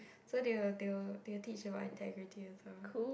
so they will they will they will teach about integrity also